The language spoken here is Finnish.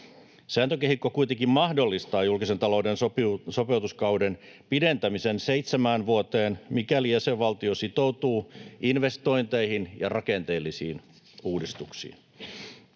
Sääntökehikko kuitenkin mahdollistaa julkisen talouden sopeutuskauden pidentämisen seitsemään vuoteen, mikäli jäsenvaltio sitoutuu investointeihin ja rakenteellisiin uudistuksiin.